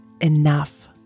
Enough